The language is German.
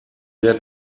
der